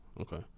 Okay